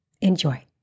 Enjoy